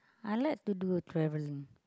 I like to do travelling